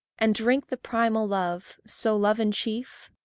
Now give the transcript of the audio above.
and drink the primal love so love in chief?